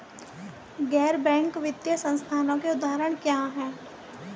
गैर बैंक वित्तीय संस्थानों के उदाहरण क्या हैं?